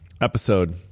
episode